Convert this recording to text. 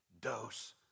dose